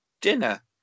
dinner